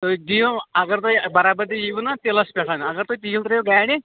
تُہۍ دِیِو اگر تۅہہِ برابری یِیِو نا تیٖلس پٮ۪ٹھ اَگر تُہۍ تیٖل ترٛٲوِو گاڑِ